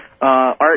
Art